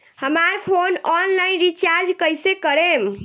हमार phone online recharge कईसे करेम?